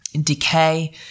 decay